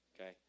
okay